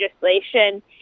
legislation